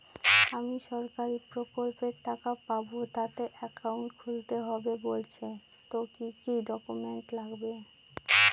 আমি সরকারি প্রকল্পের টাকা পাবো তাতে একাউন্ট খুলতে হবে বলছে তো কি কী ডকুমেন্ট লাগবে?